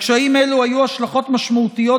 לקשיים אלו היו השלכות משמעותיות,